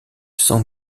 san